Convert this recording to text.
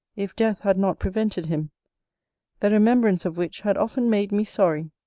if death had not prevented him the remembrance of which had often made me sorry,